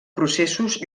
processos